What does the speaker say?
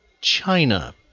China